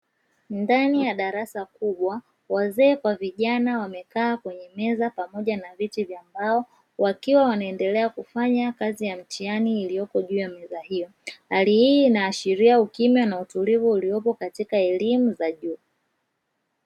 Ndani ya darasa kubwa, wazee kwa vijana wamekaa kwenye meza pamoja na viti vya mbao, wakiwa wanaendelea kufanya kazi ya mtihani iliyopo kwenye meza hiyo. Hali hii inaashiria ukimya na utulivu uliopo katika elimu za juu.